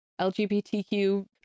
LGBTQ